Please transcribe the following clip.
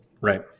Right